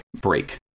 break